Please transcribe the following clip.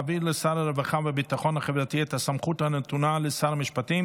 להעביר לשר הרווחה והביטחון החברתי את הסמכות הנתונה לשר המשפטים